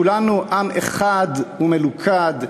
כולנו עם אחד ומלוכד.